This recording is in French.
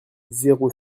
zéro